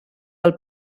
del